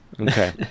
Okay